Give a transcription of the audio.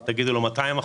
200%,